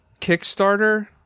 kickstarter